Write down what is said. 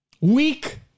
weak